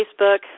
Facebook